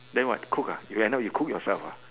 then what cook ah you end up you cook yourself ah